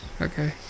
Okay